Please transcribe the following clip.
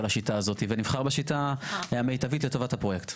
השיטה הזאת ונבחר בשיטה המיטבית לטובת הפרויקט.